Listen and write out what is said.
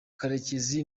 karekezi